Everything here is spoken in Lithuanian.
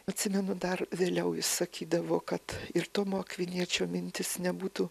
atsimenu dar vėliau jis sakydavo kad ir tomo akviniečio mintys nebūtų